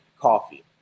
coffee